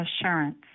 assurance